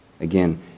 Again